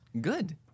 Good